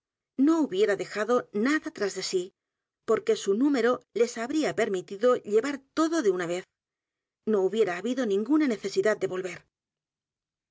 no hubiera dejado nada t r a s de s í porque su número les habría permitido llevar todo de una vez no hubiera habido ninguna nececidad de volver